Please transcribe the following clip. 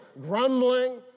grumbling